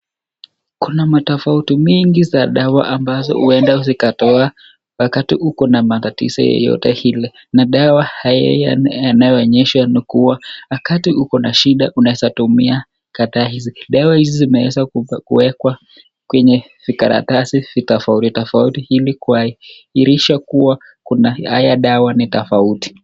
Kuna matofauti mingi za dawa ambazo huenda zikatoa wakati uko na matatizo yeyote ile, na dawa inayoonyesha ni kuwa wakati uko na shida unaweza tumia kadhaa hizi, dawa hizi zimeweza kuwekwa kwenye vikaratasi vitofauti tofauti ili kuhakikisha kuwa haya dawa no tofauti.